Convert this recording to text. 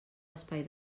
espai